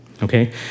okay